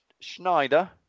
Schneider